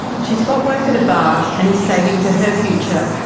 she's got work at a bar and is saving for her future.